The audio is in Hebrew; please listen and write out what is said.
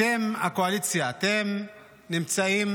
אתם הקואליציה, אתם נמצאים